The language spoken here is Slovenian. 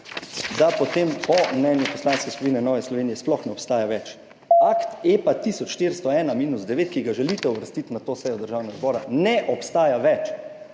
da potem, po mnenju Poslanske skupine Nove Slovenije, sploh ne obstaja več akt EPA 1401-IX, ki ga želite uvrstiti na to sejo Državnega zbora, ne obstaja več